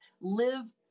live